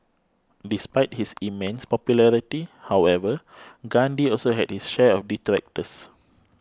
despite his immense popularity however Gandhi also had his share of detractors